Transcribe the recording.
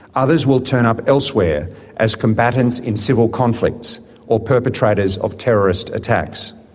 others will turn up elsewhere as combatants in civil conflicts or perpetrators of terrorist attacks.